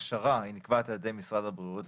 ההכשרה נקבעת על ידי משרד הבריאות.